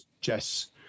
Jess